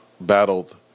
Battled